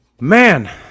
man